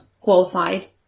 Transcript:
qualified